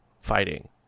fighting